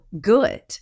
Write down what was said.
good